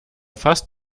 fast